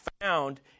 found